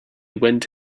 went